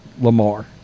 Lamar